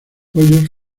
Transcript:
hoyos